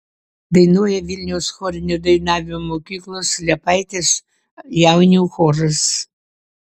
dainuoja vilniaus chorinio dainavimo mokyklos liepaitės jaunių choras